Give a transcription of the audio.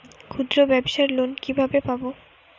ক্ষুদ্রব্যাবসার লোন কিভাবে পাব?